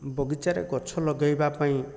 ବଗିଚାରେ ଗଛ ଲଗାଇବା ପାଇଁ